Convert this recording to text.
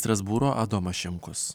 strasbūro adomas šimkus